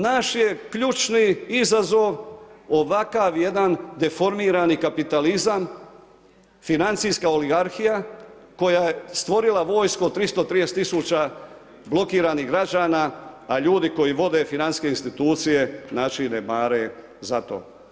Naš je ključni izazov, ovakav jedan deformirani kapitalizam, financijska oligarhija koja je stvorila vojsku od 330 tisuća blokiranih građana, a ljudi koji vode financijske institucije, znači ne mare za to.